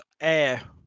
air